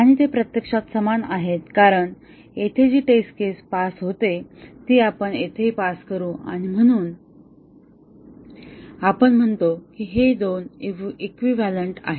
आता ते प्रत्यक्षात समान आहेत कारण येथे जी टेस्ट केस पास होते ती आपण येथेही पास करू आणि म्हणून आपण म्हणतो की हे दोन इक्विवैलन्ट आहेत